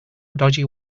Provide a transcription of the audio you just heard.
dodgy